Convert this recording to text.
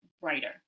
brighter